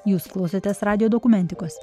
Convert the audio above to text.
jūs klausotės radijo dokumentikos